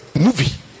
movie